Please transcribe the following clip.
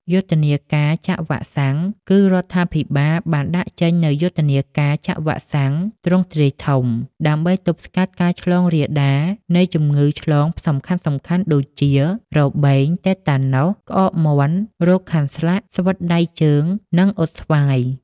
យុទ្ធនាការចាក់វ៉ាក់សាំង គឺរដ្ឋាភិបាលបានដាក់ចេញនូវយុទ្ធនាការចាក់វ៉ាក់សាំងទ្រង់ទ្រាយធំ ដើម្បីទប់ស្កាត់ការឆ្លងរាលដាលនៃជំងឺឆ្លងសំខាន់ៗដូចជា របេង តេតាណុស ក្អកមាន់ រោគខាន់ស្លាក់ ស្វិតដៃជើង និង អ៊ុតស្វាយ។